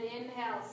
inhale